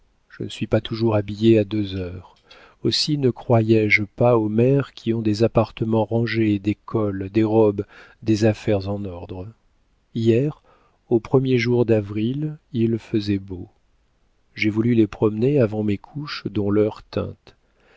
je ne suis pas toujours habillée à deux heures aussi ne croyais je pas aux mères qui ont des appartements rangés et des cols des robes des affaires en ordre hier aux premiers jours d'avril il faisait beau j'ai voulu les promener avant mes couches dont l'heure tinte